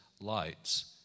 lights